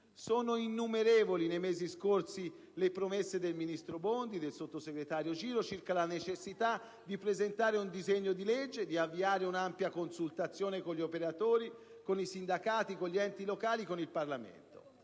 state innumerevoli nei mesi scorsi le promesse del ministro Bondi e del sottosegretario Giro circa la necessità di presentare un disegno di legge e di avviare un'ampia consultazione con gli operatori, con i sindacati, con gli enti locali, con il Parlamento.